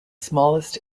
smallest